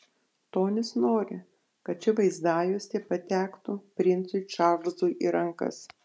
tonis nori kad ši vaizdajuostė patektų princui čarlzui į rankas